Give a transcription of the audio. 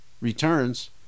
returns